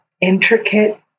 intricate